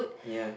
ya